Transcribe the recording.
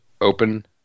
Open